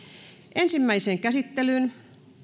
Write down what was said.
ensimmäiseen käsittelyyn